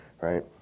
right